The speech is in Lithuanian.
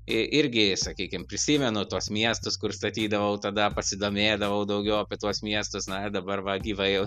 i irgi sakykim prisimenu tuos miestus kur statydavau tada pasidomėdavau daugiau apie tuos miestus na dabar va gyvai jau